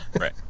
right